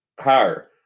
higher